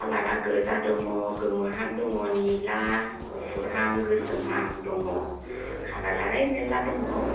खालारा गोजा दङ गोमोहां दङ निला गुफुर हां गोसोमहां दङ खालारालाय मेरला दङ